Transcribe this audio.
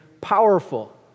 powerful